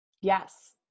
Yes